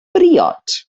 briod